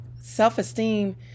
self-esteem